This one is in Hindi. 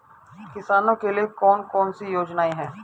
किसानों के लिए कौन कौन सी योजनाएं हैं?